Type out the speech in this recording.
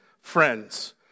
friends